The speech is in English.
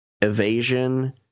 evasion